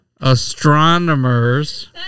Astronomers